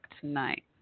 tonight